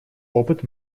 опыт